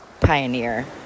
pioneer